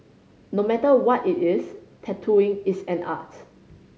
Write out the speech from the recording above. no matter what it is tattooing is an art